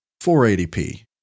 480p